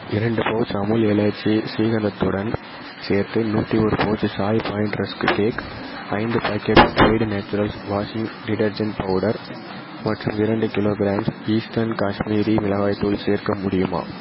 இரண்டு பவுச் அமுல் எலாய்ச்சி ஸ்ரீகந்தத்துடன் சேர்த்து நூத்தி ஒரு pouch Chai point rusk cake ஐந்து packet Tide naturals washing detergent powder மற்றும் இரண்டு கிலோ கிராம் ஈஸ்டர்ன் காஷ்மீரி மிளகாய்த்தூள் சேர்க்க முடியுமா